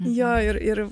jo ir ir